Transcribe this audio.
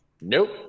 nope